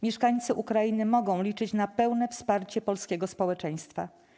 Mieszkańcy Ukrainy mogą liczyć na pełne wsparcie polskiego społeczeństwa.